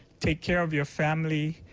take care of your family,